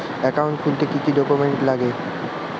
Account খুলতে কি কি ডকুমেন্ট লাগবে?